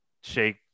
shake